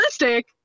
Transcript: realistic